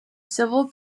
civil